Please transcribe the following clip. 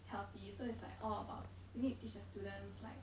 healthy so it's like all about you need to teach the students like